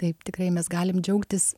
taip tikrai mes galim džiaugtis